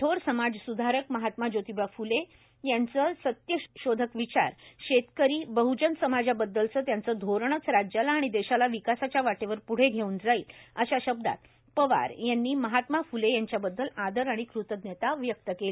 थोर समाजस्धारक महात्मा ज्योतीबा फुले यांचे सत्यशोधक विचार शेतकरी बहजन समाजाबद्दलच त्यांच धोरणंच राज्याला आणि देशाला विकासाच्या वाटेवर प्ढे घेऊन जाईल अशा शब्दात पवार यांनी महात्मा फुले यांच्याबद्दल आदर आणि कृतज्ञता व्यक्त केली